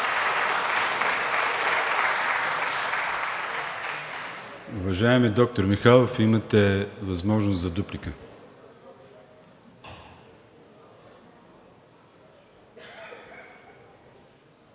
Уважаеми доктор Михайлов, имате възможност за дуплика.